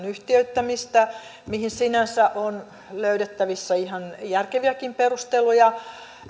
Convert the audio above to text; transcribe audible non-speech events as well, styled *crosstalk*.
*unintelligible* yhtiöittämistä väite mihin sinänsä on löydettävissä ihan järkeviäkin perusteluja